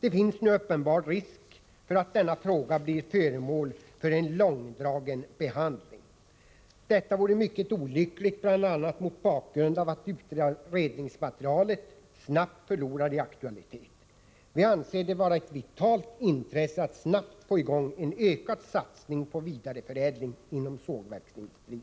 Det finns nu en uppenbar risk för att hela denna fråga blir föremål för en långdragen behandling. Detta vore mycket olyckligt, bl.a. mot bakgrund av att utredningsmaterialet snabbt förlorar i aktualitet. Vi anser det vara ett vitalt intresse att snabbt få i gång en ökad satsning på vidareförädling inom sågverksindustrin.